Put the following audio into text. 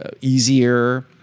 Easier